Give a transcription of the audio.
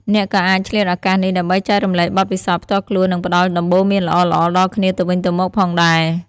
អ្នកក៏អាចឆ្លៀតឱកាសនេះដើម្បីចែករំលែកបទពិសោធន៍ផ្ទាល់ខ្លួននិងផ្តល់ដំបូន្មានល្អៗដល់គ្នាទៅវិញទៅមកផងដែរ។